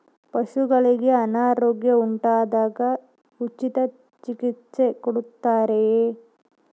ಪಶುಗಳಿಗೆ ಅನಾರೋಗ್ಯ ಉಂಟಾದಾಗ ಉಚಿತ ಚಿಕಿತ್ಸೆ ಕೊಡುತ್ತಾರೆಯೇ?